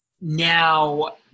Now